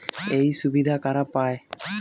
এই সুবিধা কারা পায়?